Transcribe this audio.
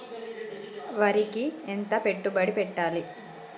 వరికి ఎంత పెట్టుబడి పెట్టాలి?